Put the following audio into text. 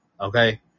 okay